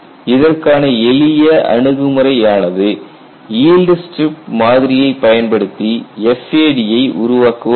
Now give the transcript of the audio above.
இதற்கான எளிய அணுகுமுறை ஆனது ஈல்டு ஸ்ட்ரிப் மாதிரியைப் பயன்படுத்தி FAD உருவாக்குவதாகும்